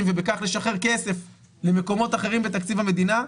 ובכך לשחרר כסף למקומות אחרים בתקציב המדינה,